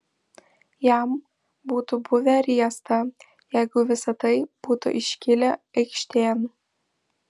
jam būtų buvę riesta jeigu visa tai būtų iškilę aikštėn